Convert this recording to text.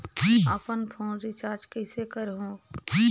अपन phone recharge कइसे करहु?